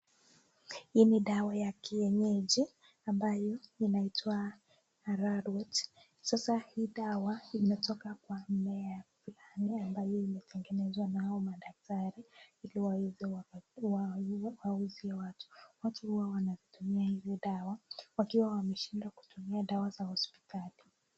Hii ni dawa ya kienyeji ambaye inaitwa ararwet ,sasa hii dawa inatoka kwa mimiea ambayo inatengenezwa na hawa mdaktari hili waweze wauzie watu wakiwa wanatumia hizi dawa wakiwa wameshidwa kutumia dawa za hospitali.